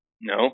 No